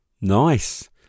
Nice